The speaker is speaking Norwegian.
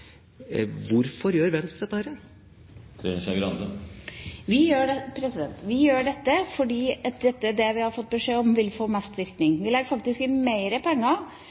Hvorfor gjør Venstre dette? Vi gjør dette fordi dette er det vi har fått beskjed om vil få mest virkning. Vi legger faktisk inn mer penger